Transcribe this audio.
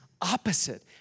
opposite